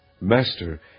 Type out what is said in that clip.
Master